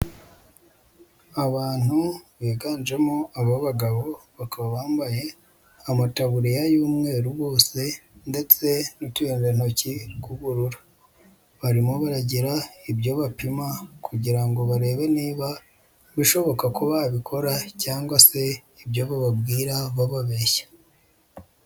Abantu biganjemo ab'agaboba bakaba bambaye amataburiya y'umweru bose ndetse n'uturindantoki tw'uburura, barimo baragira ibyo bapima kugira ngo barebe niba ibishoboka ko babikora cyangwa se ibyo bobwira bababeshya.